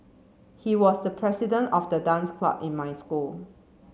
he was the president of the dance club in my school